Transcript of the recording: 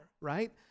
right